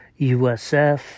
USF